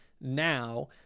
now